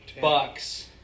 Bucks